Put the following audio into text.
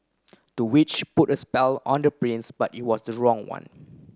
the witch put a spell on the prince but it was the wrong one